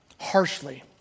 harshly